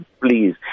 Please